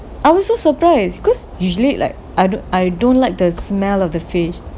I was so surprised because usually like I don't I don't like the smell of the fish